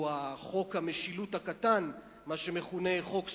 או חוק המשילות הקטן, מה שמכונה "חוק סלומינסקי",